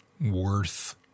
worth